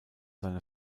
seine